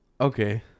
Okay